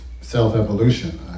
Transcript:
self-evolution